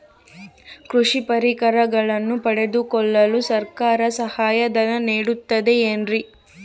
ಕೃಷಿ ಪರಿಕರಗಳನ್ನು ಪಡೆದುಕೊಳ್ಳಲು ಸರ್ಕಾರ ಸಹಾಯಧನ ನೇಡುತ್ತದೆ ಏನ್ರಿ?